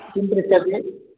किं पृच्छति